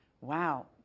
Wow